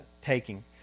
taking